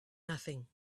nothing